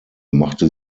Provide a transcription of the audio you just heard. machte